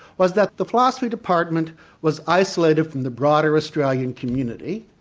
was that the philosophy department was isolated from the broader australian community.